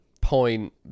point